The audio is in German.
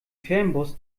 fernbus